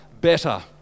better